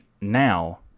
now